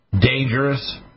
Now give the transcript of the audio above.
dangerous